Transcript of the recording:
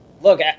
Look